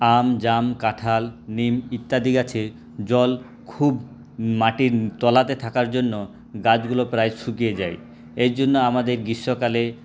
আম জাম কাঁঠাল নিম ইত্যাদি গাছে জল খুব মাটির তলাতে থাকার জন্য গাছগুলো প্রায় শুকিয়ে যায় এই জন্য আমাদের গ্রীষ্মকালে